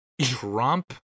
Trump